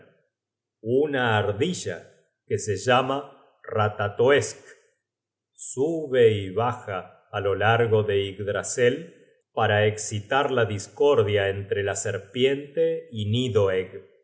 una ardilla que se llama ratatoesk sube y baja á lo largo de yggdrasel para escitar la discordia entre la serpiente y